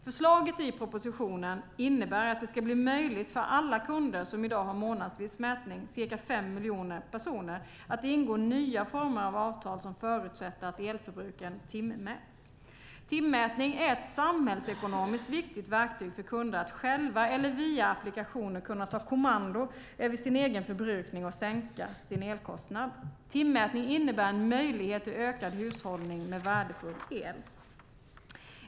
Förslaget i propositionen innebär att det ska bli möjligt för alla kunder som i dag har månadsvis mätning, cirka 5 miljoner personer, att ingå nya former av avtal som förutsätter att elförbrukningen timmäts. Timmätning är ett samhällsekonomiskt viktigt verktyg för kunder att själva eller via applikationer kunna ta kommando över sin egen förbrukning och sänka sin elkostnad. Timmätning innebär en möjlighet till ökad hushållning med värdefull el.